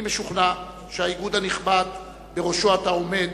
אני משוכנע שהאיגוד הנכבד שבראשו אתה עומד